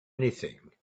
anything